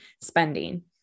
spending